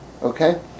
Okay